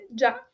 già